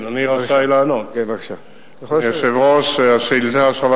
אדוני היושב-ראש, השאילתא הועברה